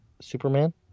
Superman